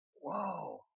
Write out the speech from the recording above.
Whoa